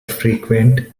frequent